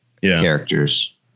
characters